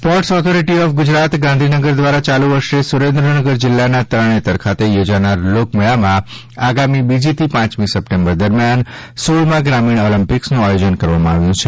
sports authority of Gujarat Gandhinagar દ્વારા ચાલુ વર્ષે સુરેન્દ્રનગર જિલ્લાના તરણેતર ખાતે યોજાનાર લોકમેળામાં આગામી બીજીથી પાંચમી સપ્ટેમ્બર દરમિયાન સોળમા ગ્રામિણ ઓલમ્પિક્સનું આયોજન કરવામાં આવ્યું છે